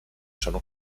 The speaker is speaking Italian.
sono